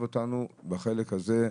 בחלק הזה,